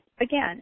again